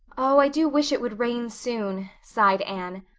oh, i do wish it would rain soon, sighed anne.